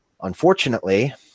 Unfortunately